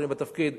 כשאני בתפקיד,